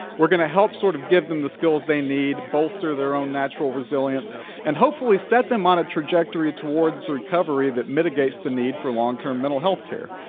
we're gonna help sort of give them the skills they need, bolster their own natural resilience and hopefully set them on a trajectory towards recovery that mitigates the need for longterm mental health care.